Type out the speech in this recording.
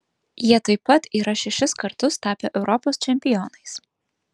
jie taip pat yra šešis kartus tapę europos čempionais